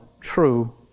true